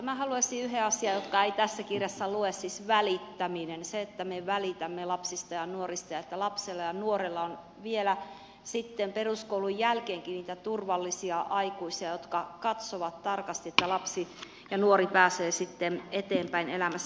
minä haluaisin tuoda yhden asian joka ei tässä kirjassa lue siis välittämisen sen että me välitämme lapsista ja nuorista ja että lapsella ja nuorella on vielä sitten peruskoulun jälkeenkin niitä turvallisia aikuisia jotka katsovat tarkasti että lapsi ja nuori pääsee sitten eteenpäin elämässä